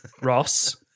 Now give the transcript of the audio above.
Ross